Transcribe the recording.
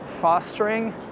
fostering